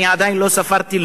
אני עדיין לא ספרתי,